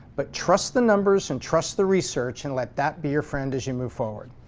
but trust the numbers and trust the research, and let that be your friend as you move forward.